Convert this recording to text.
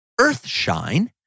Earthshine